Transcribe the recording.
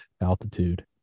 altitude